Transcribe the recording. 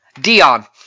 Dion